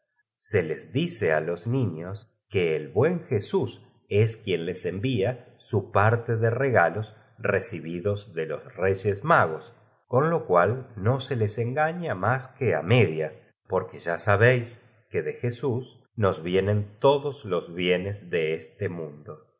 se les dit e á jos niños que el buen jesús es l ú í l ien les en vi a su ll u'tt de regalos recibí dos de los reyes magos con lo cual no se les engaña más que á medias porque ya sabéis que de jesús nos vienen todos los bienes de este mundo